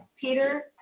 Peter